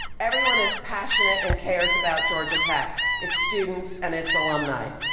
everyone is passionate and cares about georgia tech, its students, and its alumni.